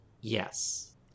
Yes